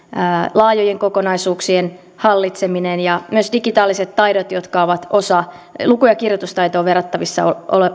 laajojen kokonaisuuksien hallitseminen ja myös digitaaliset taidot jotka ovat luku ja kirjoitustaitoon verrattavissa